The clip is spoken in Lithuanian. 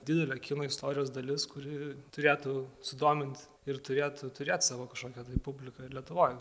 didelė kino istorijos dalis kuri turėtų sudomint ir turėtų turėt savo kažkokią publiką ir lietuvoj